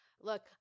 Look